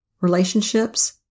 relationships